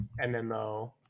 MMO